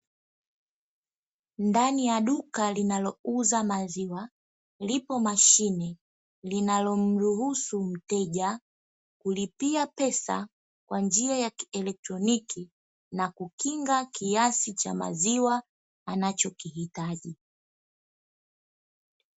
Ndani ya duka linalouza maziwa, lipo mashine linalomruhusu mteja kulipia pesa kwa njia ya kielektroniki na kukinga kiasi cha maziwa anachokihitaji.